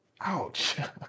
Ouch